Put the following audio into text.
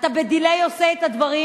אתה ב-delay עושה את הדברים,